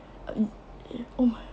err oh my